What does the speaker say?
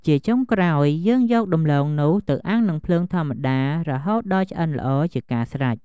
ជាចុងក្រោយ យើងយកដំឡូងនោះ ទៅអាំងនឹងភ្លើងធម្មតារហូតដល់ឆ្អិនល្អជាការស្រេច។